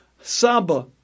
Saba